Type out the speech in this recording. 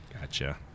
Gotcha